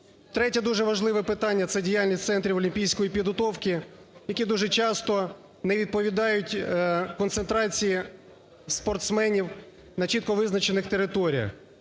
Третє, дуже важливе, питання - це діяльність центрів олімпійської підготовки, які дуже часто не відповідають концентрації спортсменів на чітко визначених територіях.